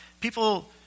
People